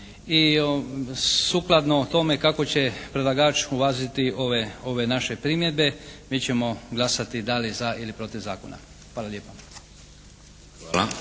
I sukladno tome kakao će predlagač uvažiti ove naše primjedbe mi ćemo glasati da li za ili protiv zakona. Hvala lijepa.